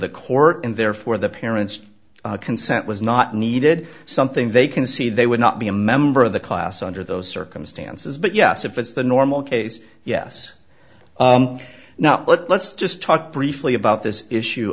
the court and therefore the parent's consent was not needed something they can see they would not be a member of the class under those circumstances but yes if it's the normal case yes now but let's just talk briefly about this issue